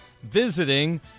visiting